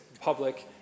public